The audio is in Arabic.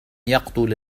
يقتل